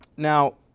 now,